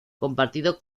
compartido